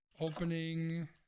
opening